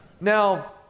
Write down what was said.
Now